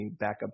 backup